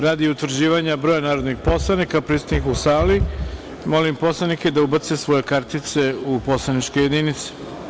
Radi utvrđivanja broja narodnih poslanika prisutnih u sali, molim poslanike da ubace svoje kartice u poslaničke jedinice.